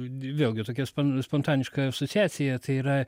vėlgi tokia spontaniška asociacija tai yra